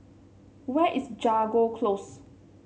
where is Jago Close